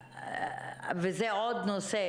וזה עוד נושא,